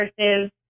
versus